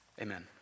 Amen